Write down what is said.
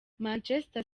manchester